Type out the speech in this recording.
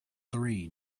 three